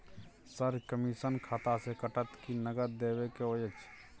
Sir, commission खाता से कटत कि नगद देबै के अएछ?